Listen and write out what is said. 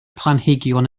planhigion